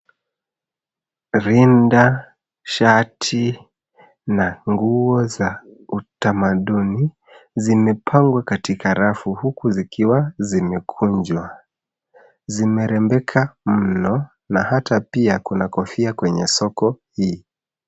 Rinda, shati na nguo za utamaduni zimepangwa katika rafu huku zikiwa zimekunjwa. Zimerembeka mno na hata pia kuna kofia kwenye soko hii.